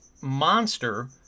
monster